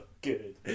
Good